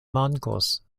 mankos